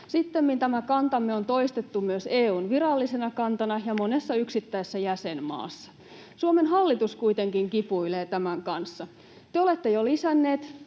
Sittemmin tämä kantamme on toistettu myös EU:n virallisena kantana ja monessa yksittäisessä jäsenmaassa. Suomen hallitus kuitenkin kipuilee tämän kanssa. Te olette jo lisänneet